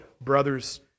brothers